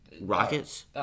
Rockets